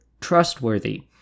trustworthy